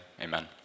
amen